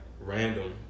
random